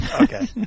okay